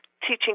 teaching